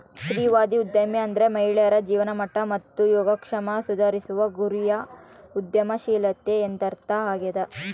ಸ್ತ್ರೀವಾದಿ ಉದ್ಯಮಿ ಅಂದ್ರೆ ಮಹಿಳೆಯರ ಜೀವನಮಟ್ಟ ಮತ್ತು ಯೋಗಕ್ಷೇಮ ಸುಧಾರಿಸುವ ಗುರಿಯ ಉದ್ಯಮಶೀಲತೆ ಎಂದರ್ಥ ಆಗ್ಯಾದ